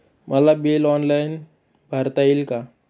मला bill online भरता येईल का?